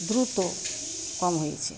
দ্রুত কম হয়েছে